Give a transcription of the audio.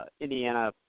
Indiana